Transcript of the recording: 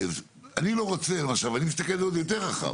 אני לא רוצה ועכשיו אני מסתכל על זה יותר רחב,